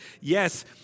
yes